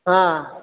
हा